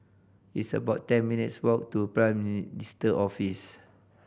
it's about ten minutes' walk to Prime Minister's Office